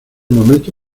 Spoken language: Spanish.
momento